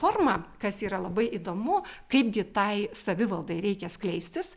forma kas yra labai įdomu kaipgi tai savivaldai reikia skleistis